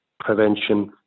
prevention